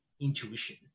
intuition